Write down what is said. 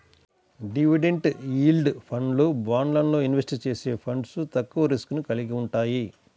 dividend yield ఫండ్లు, బాండ్లల్లో invest చేసే ఫండ్లు తక్కువ రిస్క్ ని కలిగి వుంటయ్యి